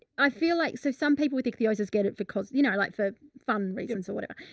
i feel like so some people with ichthyosis get it for, cause, you know, i like for fun reasons or whatever,